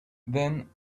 then